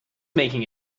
making